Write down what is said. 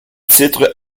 titre